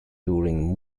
during